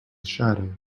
shadow